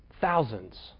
thousands